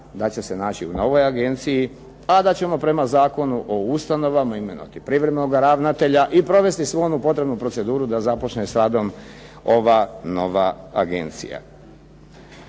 da će se naći u novoj agenciji, a da ćemo prema Zakonu o ustanovama imenovati privremenoga ravnatelja i provesti svu onu potrebnu proceduru da započne s radom ova nova agencija.